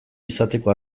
izateko